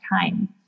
time